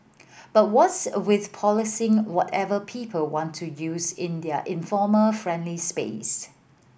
but what's with policing whatever people want to use in their informal friendly space